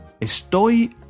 estoy